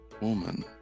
woman